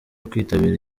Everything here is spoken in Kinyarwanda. kwitabira